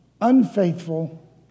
unfaithful